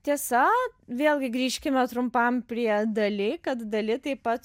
tiesa vėlgi grįžkime trumpam prie dali kad dali taip pat